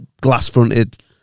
glass-fronted